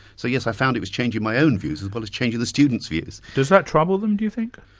so yes, i found it was changing my own views as well as changing the students' views. does that trouble them, do you think?